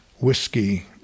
whiskey